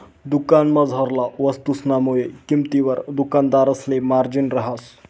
दुकानमझारला वस्तुसना मुय किंमतवर दुकानदारसले मार्जिन रहास